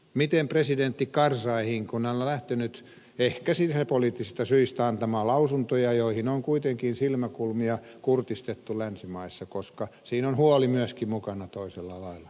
miten presidentti karzaihin kun hän on lähtenyt ehkä sisäpoliittisista syistä antamaan lausuntoja jotka ovat kuitenkin saaneet silmäkulmat kurtistumaan länsimaissa koska siinä on huoli myöskin mukana toisella lailla